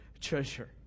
treasure